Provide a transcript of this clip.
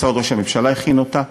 משרד ראש הממשלה הכין אותה.